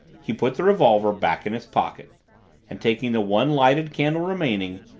he put the revolver back in his pocket and, taking the one lighted candle remaining,